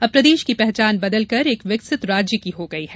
अब प्रदेश की पहचान बदलकर एक विकसित राज्य की हो गई है